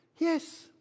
Yes